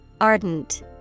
Ardent